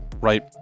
right